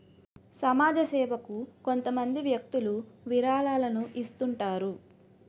సమాజ సేవకు కొంతమంది వ్యక్తులు విరాళాలను ఇస్తుంటారు